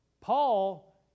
Paul